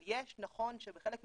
אבל בחלק מהתחומים,